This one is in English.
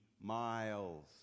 miles